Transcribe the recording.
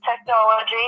technology